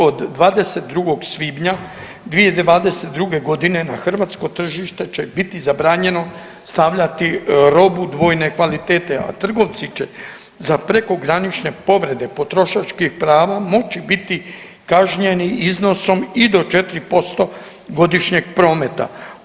Od 22. svibnja 2022. g. na hrvatsko tržište će biti zabranjeno stavljati robu dvojne kvalitete, a trgovci će za prekogranične povrede potrošačkih prava moći biti kažnjeni iznosom i do 4% godišnjeg prometa.